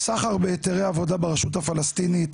סחר בהיתרי עבודה ברשות הפלסטינית,